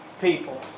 people